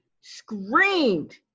screamed